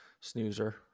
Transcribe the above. snoozer